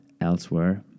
elsewhere